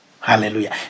Hallelujah